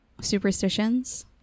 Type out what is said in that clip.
superstitions